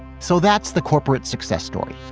so that's the corporate success story